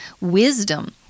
wisdom